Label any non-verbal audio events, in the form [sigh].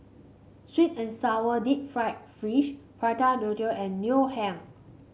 sweet and sour Deep Fried Fish Prata [unintelligible] and Ngoh Hiang